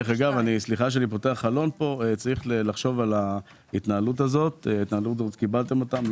צריך לחשוב על ההתנהלות הזאת שקיבלתם החלטה עליה.